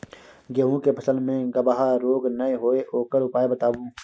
गेहूँ के फसल मे गबहा रोग नय होय ओकर उपाय बताबू?